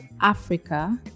Africa